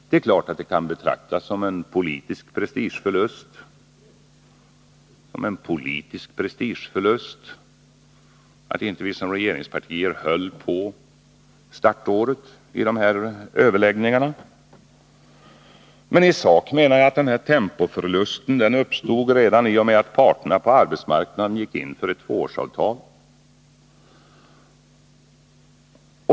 Det är klart att det kan betraktas som en politisk prestigeförlust att vi som regeringsparti inte höll på startåret vid dessa överläggningar. Men i sak menar jag att den här tempoförlusten uppstod redan i och med att parterna på arbetsmarknaden gick in för ett tvåårsavtal.